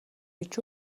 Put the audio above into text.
гэж